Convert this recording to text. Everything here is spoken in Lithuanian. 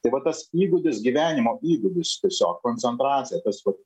tai va tas įgūdis gyvenimo įgūdis tiesiog koncentracija tas vat